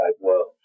world